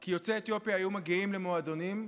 כי יוצאי אתיופיה היו מגיעים למועדונים,